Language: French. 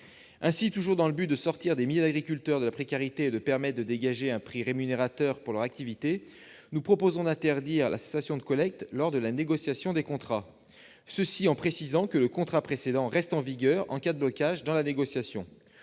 Ainsi, afin de sortir des milliers d'agriculteurs de la précarité et de leur permettre de dégager un prix rémunérateur pour leur activité, nous proposons d'interdire la cessation de collecte lors de la négociation des contrats, tout en précisant que le contrat précédent reste en vigueur en cas de blocage dans la négociation.